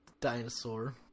dinosaur